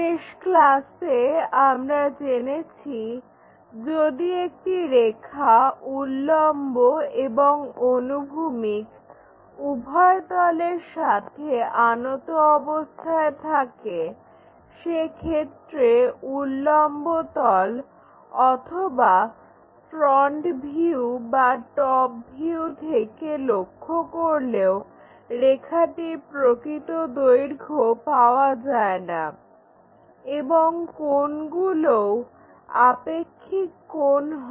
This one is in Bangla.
শেষ ক্লাসে আমরা জেনেছি যদি একটি রেখা উল্লম্ব এবং অনুভূমিক উভয় তলের সাথে আনত অবস্থায় থাকে সেক্ষেত্রে উল্লম্ব তল অথবা ফ্রন্ট ভিউ বা টপ ভিউ থেকে লক্ষ্য করলেও রেখাটির প্রকৃত দৈর্ঘ্য পাওয়া যায় না এবং কোণগুলোও আপেক্ষিক কোণ হয়